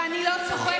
ואני לא צוחקת.